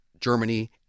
Germany